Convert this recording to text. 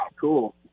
cool